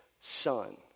son